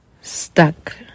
stuck